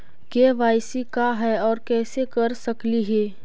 KYC का है, और कैसे कर सकली हे?